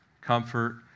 comfort